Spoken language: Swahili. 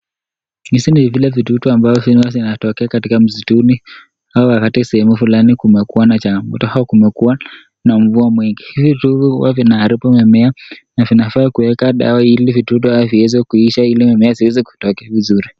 Hivi ni vile vidudu ambavyo huwa vinatokea katika msituni au wakati sehemu flani kumekua na changamoto au kumekuwa na mvua mingi. Hivi vidudu huwa vinaharibu mimea na viafaa kuwekwa dawa ili vidudu hawa viweze kuisha ili mimea ziweze kutokea vizuri.